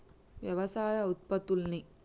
వ్యవసాయ ఉత్పత్తుల్ని